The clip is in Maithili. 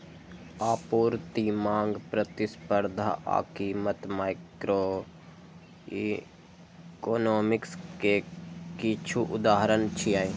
आपूर्ति, मांग, प्रतिस्पर्धा आ कीमत माइक्रोइकोनोमिक्स के किछु उदाहरण छियै